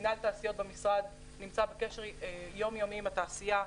מינהל תעשיות במשרד נמצא בקשר יום יומי עם התעשייה,